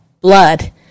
blood